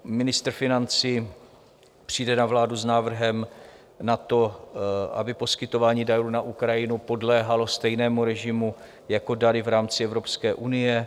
Ministr financí přijde na vládu s návrhem na to, aby poskytování darů na Ukrajinu podléhalo stejnému režimu jako dary v rámci Evropské unie.